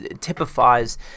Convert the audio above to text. typifies